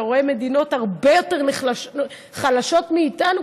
ואתה רואה מדינות הרבה יותר חלשות מאיתנו